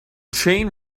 chain